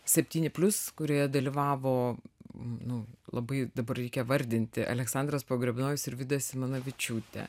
septyni plius kurioje dalyvavo nu labai dabar reikia vardinti aleksandras pogrebnojus ir vida simanavičiūtė